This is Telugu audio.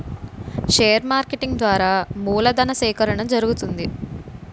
షేర్ మార్కెటింగ్ ద్వారా మూలధను సేకరణ జరుగుతుంది